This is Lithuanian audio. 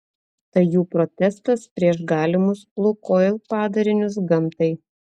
tai jų protestas prieš galimus lukoil padarinius gamtai